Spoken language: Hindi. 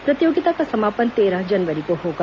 प्रतियोगिता का समापन तेरह जनवरी को होगा